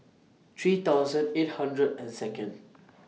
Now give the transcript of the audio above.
three thousand eight hundred and Second